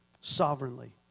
sovereignly